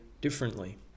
differently